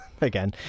Again